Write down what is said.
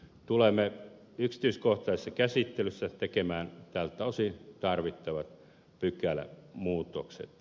tulemme yksityiskohtaisessa käsittelyssä tekemään tältä osin tarvittavat pykälämuutokset